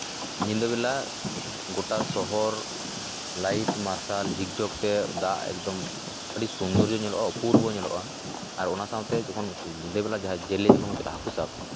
ᱧᱤᱫᱟᱹ ᱵᱮᱞᱟ ᱜᱚᱴᱟ ᱥᱚᱦᱚᱨ ᱞᱟᱭᱤᱴ ᱢᱟᱨᱥᱟᱞ ᱡᱷᱤᱠ ᱡᱷᱚᱠ ᱛᱮ ᱫᱟᱜ ᱮᱠᱫᱚᱢ ᱟᱹᱰᱤ ᱥᱳᱱᱫᱚᱨᱡᱚ ᱧᱮᱞᱚᱜᱼᱟ ᱟᱹᱰᱤ ᱚᱯᱩᱨᱵᱚ ᱧᱮᱞᱚᱜᱼᱟ ᱟᱨ ᱚᱱᱟ ᱥᱟᱶᱛᱮ ᱡᱚᱠᱷᱚᱱ ᱧᱤᱫᱟᱹ ᱵᱮᱞᱟ ᱡᱟᱦᱟᱸᱭ ᱡᱮᱹᱞᱮᱹ ᱦᱟᱹᱠᱩ ᱥᱟᱵ ᱠᱚ ᱪᱟᱞᱟᱜᱼᱟ ᱦᱟᱹᱠᱩ ᱥᱟᱵ